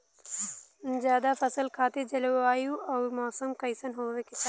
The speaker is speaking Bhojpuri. जायद फसल खातिर जलवायु अउर मौसम कइसन होवे के चाही?